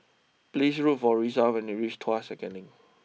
please look for Risa when you reach Tuas second Link